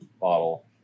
bottle